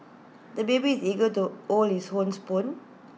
the baby is eager to hold his own spoon